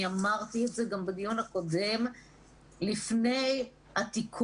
אני אמרתי את זה גם בדיון הקודם לפני התיקון.